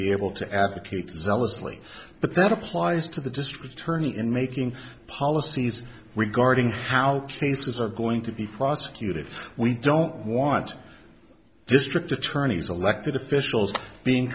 be able to advocate zealously but that applies to the district attorney in making policies regarding how cases are going to be prosecuted we don't want district attorneys elected officials being